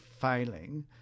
failing